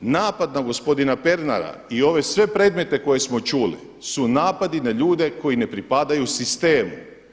Napad na gospodina Pernara i ove sve predmete koje smo čuli su napadi na ljude koji ne pripadaju sistemu.